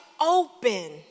open